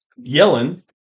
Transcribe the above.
Yellen